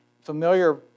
familiar